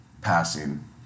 passing